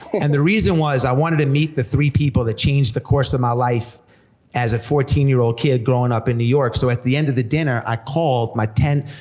and the reason was, i wanted to meet the three people that changed the course of my life as a fourteen year old kid growing up in new york, so at the end of the dinner, i called my ten,